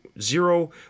Zero